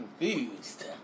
confused